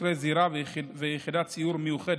חוקרי זירה ויחידת סיור מיוחדת,